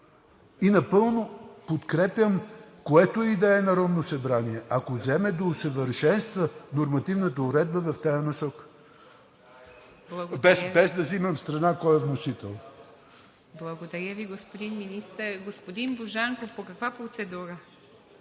Напълно подкрепям което и да е Народно събрание, ако вземе да усъвършенства нормативната уредба в тази насока, без да вземам страна кой е вносител. ПРЕДСЕДАТЕЛ ИВА МИТЕВА: Благодаря Ви, господин Министър. Господин Божанков, по каква процедура?